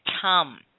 come